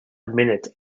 minute